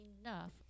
enough